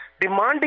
demanding